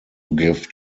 give